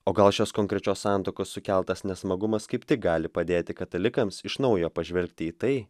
o gal šios konkrečios santuokos sukeltas nesmagumas kaip tik gali padėti katalikams iš naujo pažvelgti į tai